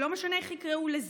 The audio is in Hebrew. לא משנה איך יקראו לזה.